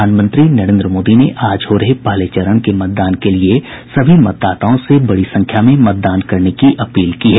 प्रधानमंत्री नरेन्द्र मोदी ने आज हो रहे पहले चरण के मतदान के लिए सभी मतदाताओं से बड़ी संख्या में मतदान करने की अपील की है